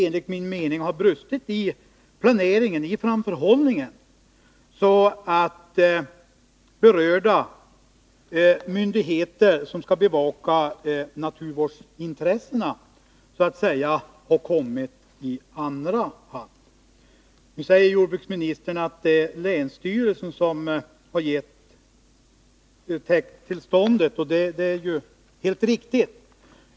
Enligt min mening har det nämligen brustit i planeringen, i framförhållningen, så att berörda myndigheter som skall bevaka naturvårdsintressena så att säga har kommit i andra hand. Nu säger jordbruksministern att det är länsstyrelsen som har gett täkttillståndet, och det är helt riktigt.